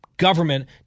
government